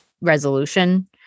resolution